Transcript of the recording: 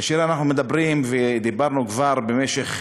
כאשר אנחנו מדברים, ודיברנו כבר במשך